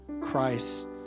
Christ